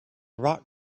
rock